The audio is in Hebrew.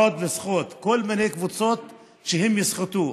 ועוד כל מיני קבוצות יסחטו.